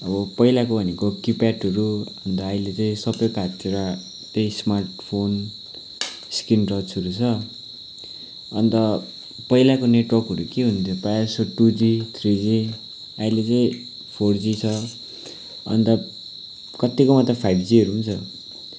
अब पहिलाको भनेको किप्याडहरू अन्त अहिले चाहिँ सबको हाततिर त्यही स्मार्ट फोन स्क्रिनटचहरू छ अन्त पहिलाको नेटवर्कहरू के हुन्थ्यो प्रायः जस्तो टु जी थ्री जी अहिले चाहिँ फोर जी छ अन्त कतिकोमा त फाइभ जीहरू छ